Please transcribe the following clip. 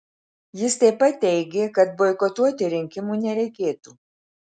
jis taip pat teigė kad boikotuoti rinkimų nereikėtų